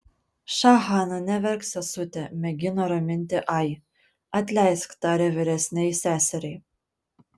ša hana neverk sesute mėgino raminti ai atleisk tarė vyresnei seseriai